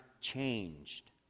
changed